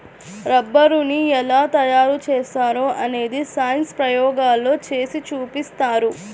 రబ్బరుని ఎలా తయారు చేస్తారో అనేది సైన్స్ ప్రయోగాల్లో చేసి చూపిస్తారు